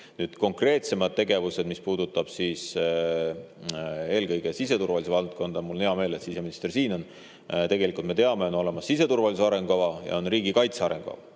Konkreetsemad tegevused, mis puudutab eelkõige siseturvalisuse valdkonda – mul on hea meel, et siseminister siin on –, tegelikult me teame, on olemas siseturvalisuse arengukava ja on riigikaitse arengukava.